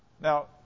Now